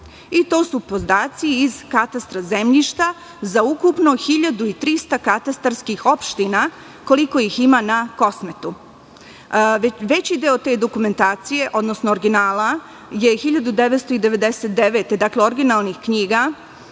i to su podaci iz Katastra zemljišta za ukupno 1300 katastarskih opština, koliko ih ima na Kosmetu. Veći deo te dokumentacije, odnosno originala je 1999. godine bilo